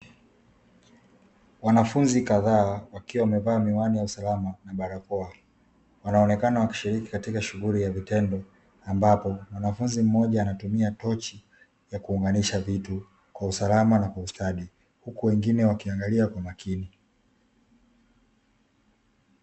Wanafunzi kadhaa wakiwa wamevaa miwani za usalama na barakoa. Wanaonekana wakishiriki katika shughuli ya vitendo ambapo, mwanafunzi mmoja anatumia tocha ya kuunganisha vitu Kwa usalama na ustadi huku wengine wakiangalia Kwa makini.